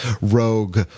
rogue